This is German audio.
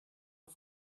auf